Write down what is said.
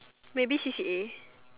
maybe C_C_A